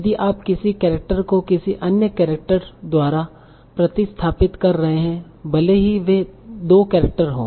यदि आप किसी केरेक्टर को किसी अन्य केरेक्टर द्वारा प्रतिस्थापित कर रहे हैं भले ही वे 2 केरेक्टर हों